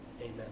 Amen